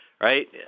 right